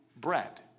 bread